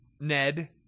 Ned